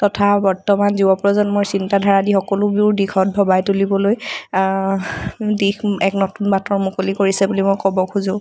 তথা বৰ্তমান যুৱপ্ৰজন্মৰ চিন্তাধাৰা আদি সকলোবোৰ দিশত ভবাই তুলিবলৈ দিশ এক বাটৰ মুকলি কৰিছে বুলি মই ক'ব খোজোঁ